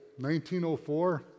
1904